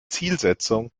zielsetzungen